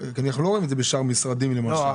כי אנחנו לא רואים את זה בשאר המשרדים למשל.